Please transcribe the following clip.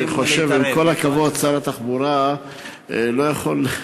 אני חושב, עם כל הכבוד, ששר התחבורה לא יכול,